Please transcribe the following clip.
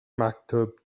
maktub